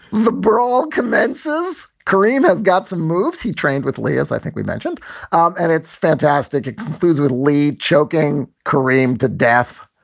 brawl commences, karim has got some moves. he trained with layers. i think we mentioned and it's fantastic, it concludes with lead choking kareem to death.